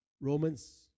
Romans